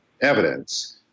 evidence